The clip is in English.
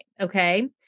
Okay